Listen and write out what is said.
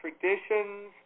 traditions